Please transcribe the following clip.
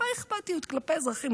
טיפה אכפתיות כלפי אזרחים,